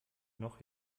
noch